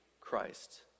Christ